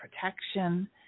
protection